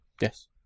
Yes